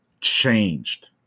changed